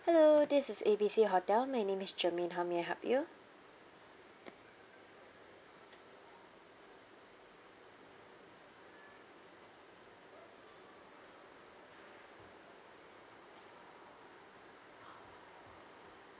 hello this is A B C hotel my name is germaine how may I help you